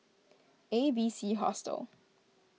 A B C Hostel